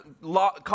law